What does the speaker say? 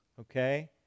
okay